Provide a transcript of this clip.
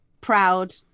proud